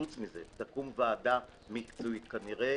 חוץ מזה תקום ועדה מקצועית, כנראה